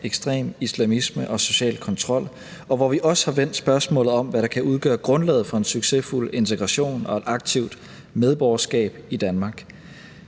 ekstrem islamisme og social kontrol, og hvor vi også har vendt spørgsmålet om, hvad der kan udgøre grundlaget for en succesfuld integration og et aktivt medborgerskab i Danmark.